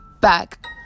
back